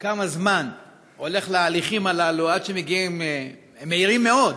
כמה זמן נמשכים הליכים הללו, הם מהירים מאוד,